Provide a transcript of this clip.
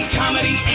comedy